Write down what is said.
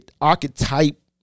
Archetype